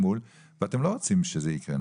ואתם לא רוצים שזה יקרה,